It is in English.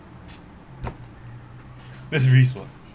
that's risk [what]